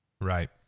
Right